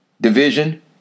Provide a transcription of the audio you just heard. division